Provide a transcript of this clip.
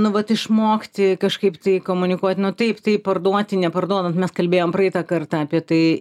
nu vat išmokti kažkaip tai komunikuot nu taip taip parduoti neparduodant mes kalbėjom praeitą kartą apie tai